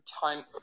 time